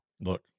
Look